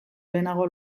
lehenago